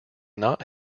not